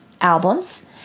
albums